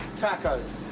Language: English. tacos.